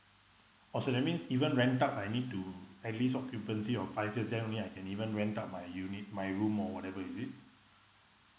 oh so that means even rent out I need to at least occupancy of five years then only I can even rent out my unit my room or whatever is it